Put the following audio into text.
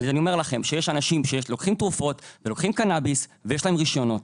אני אומר לכם שיש אנשים שלוקחים תרופות ולוקחים קנביס ויש להם רישיונות.